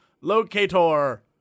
Locator